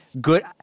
good